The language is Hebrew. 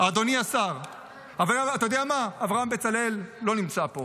אתה יודע מה, אברהם בצלאל לא נמצא פה.